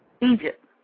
Egypt